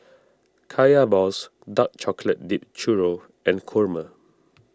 Kaya Balls Dark Chocolate Dipped Churro and Kurma